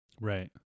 Right